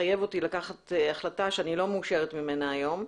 מחייב אותי לקחת החלטה שאני לא מאושרת ממנה היום.